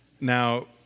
Now